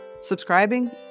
subscribing